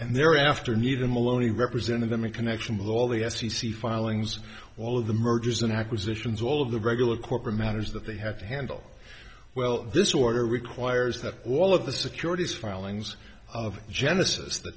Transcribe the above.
and thereafter needham alone he represented them in connection with all the f c c filings all of the mergers and acquisitions all of the regular corporate matters that they have to handle well this order requires that all of the securities filings of genesis the